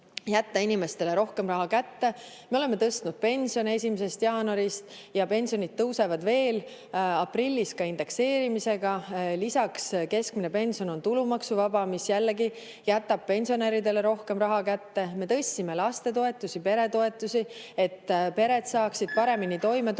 jätta inimestele rohkem raha kätte. Me oleme tõstnud pensione 1. jaanuarist ja pensionid tõusevad aprillis indekseerimisega veel. Lisaks on keskmine pension tulumaksuvaba, mis jällegi jätab pensionäridele rohkem raha kätte. Me tõstsime lastetoetusi ja peretoetusi, et pered saaksid paremini toime tulla.